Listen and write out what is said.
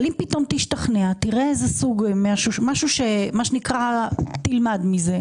אבל אם פתאום תשתכנע, תראה משהו ותלמד ממנו?